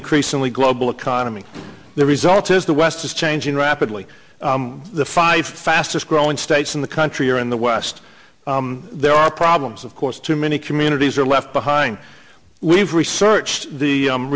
increasingly global economy the result is the west is changing rapidly the five fastest growing states in the country are in the west there are problems of course too many communities are left behind we've researched the